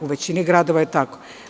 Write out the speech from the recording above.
U većini gradova je tako.